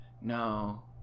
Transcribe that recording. no